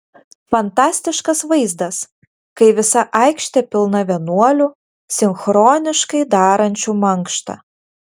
fantastiškas vaizdas kai visa aikštė pilna vienuolių sinchroniškai darančių mankštą